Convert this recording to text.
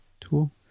tool